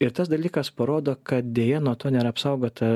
ir tas dalykas parodo kad deja nuo to nėra apsaugota